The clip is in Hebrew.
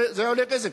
זה עולה כסף,